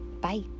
Bye